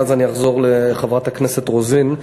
ואז אני אחזור לחברת הכנסת רוזין.